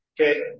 Okay